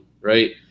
right